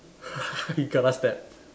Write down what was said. you kena stabbed